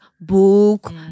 book